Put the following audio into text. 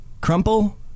Crumple